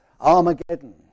Armageddon